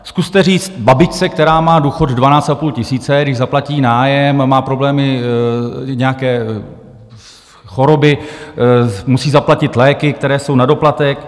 Zkuste říct babičce, která má důchod 12,5 tisíce, když zaplatí nájem, má problémy, nějaké choroby, musí zaplatit léky, které jsou na doplatek.